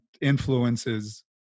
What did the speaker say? influences